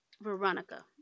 Veronica